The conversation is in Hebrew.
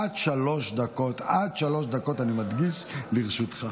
עד שלוש דקות, אני מדגיש, לרשותך.